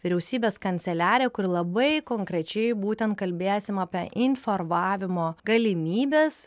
vyriausybės kanceliarija kuri labai konkrečiai būtent kalbėsime apie informavimo galimybes